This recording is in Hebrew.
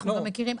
אנחנו גם מכירים.